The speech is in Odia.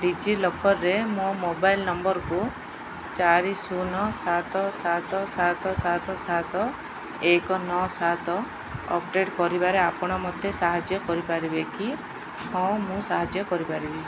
ଡିଜିଲକରରେ ମୋ ମୋବାଇଲ୍ ନମ୍ବରକୁ ଚାରି ଶୂନ ସାତ ସାତ ସାତ ସାତ ସାତ ଏକ ନଅ ସାତ ଅପଡ଼େଟ୍ କରିବାରେ ଆପଣ ମୋତେ ସାହାଯ୍ଯ କରିପାରିବେ କି ହଁ ମୁଁ ସାହାଯ୍ୟ କରିପାରିବି